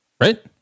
Right